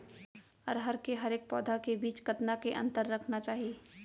अरहर के हरेक पौधा के बीच कतना के अंतर रखना चाही?